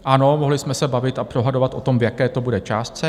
Ano, mohli jsme se bavit a dohadovat o tom, v jaké to bude částce.